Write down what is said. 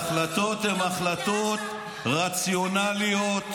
ההחלטות הן החלטות רציונליות,